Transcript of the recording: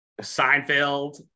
Seinfeld